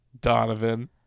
Donovan